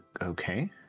okay